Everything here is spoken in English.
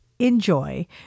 Enjoy